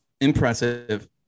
impressive